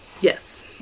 Yes